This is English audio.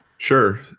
Sure